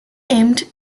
aimed